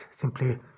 simply